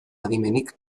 adimenik